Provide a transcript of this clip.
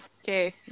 Okay